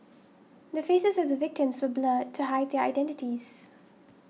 the faces of the victims were blurred to hide their identities